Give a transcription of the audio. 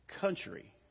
country